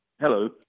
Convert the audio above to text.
Hello